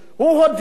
הודיע,